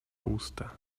usta